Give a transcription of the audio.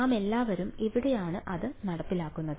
നാമെല്ലാവരും എവിടെയാണ് ഇത് നടപ്പിലാക്കുന്നത്